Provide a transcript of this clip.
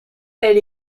elle